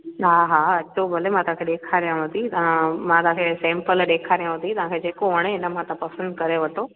हा हा अचो भले मां तव्हांखे ॾेखारियांव थी तव्हां मां तव्हांखे सेंपल ॾेखारियांव थी तव्हांखे जेको वणे हिन मां त पसंदि करे वठो